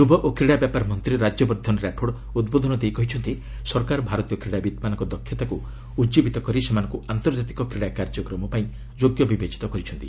ଯୁବ ଓ କ୍ରୀଡ଼ା ବ୍ୟାପାର ମନ୍ତ୍ରୀ ରାଜ୍ୟବର୍ଦ୍ଧନ ରାଠୋଡ୍ ଉଦ୍ବୋଧନ ଦେଇ କହିଛନ୍ତି ସରକାର ଭାରତୀୟ କ୍ରିଡ଼ାବିତ୍ମାନଙ୍କ ଦକ୍ଷତାକୁ ଉଜ୍ଜୀବିତ କରି ସେମାନଙ୍କୁ ଆନ୍ତର୍ଜାତିକ କ୍ରୀଡ଼ା କାର୍ଯ୍ୟକ୍ରମ ପାଇଁ ଯୋଗ ବିବେଚିତ କରିଛନ୍ତି